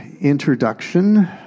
introduction